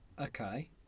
Okay